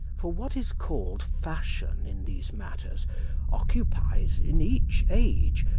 for what is called fashion in these matters occupies, in each age,